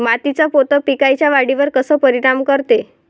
मातीचा पोत पिकाईच्या वाढीवर कसा परिनाम करते?